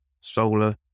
solar